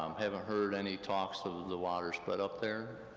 um haven't heard any talks sort of of the water spread up there,